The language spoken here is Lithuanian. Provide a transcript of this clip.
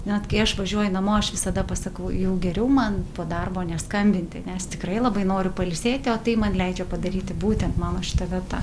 net kai aš važiuoju namo aš visada pasakau jau geriau man po darbo neskambinti nes tikrai labai noriu pailsėti o tai man leidžia padaryti būtent mano šita vieta